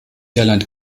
irland